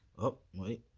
oh wait